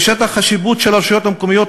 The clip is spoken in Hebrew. ושטח השיפוט של הרשויות המקומיות